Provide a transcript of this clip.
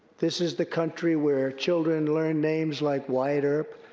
this is the country where children learn names like wyatt earp,